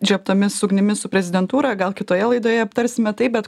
žiebtomis ugnimi su prezidentūra gal kitoje laidoje aptarsime tai bet